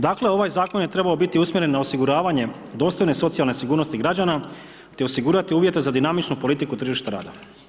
Dakle ovaj zakon je trebao biti usmjeren na osiguravanje dostojne socijalne sigurnosti građana te osigurati uvjete za dinamičnu politiku tržišta rada.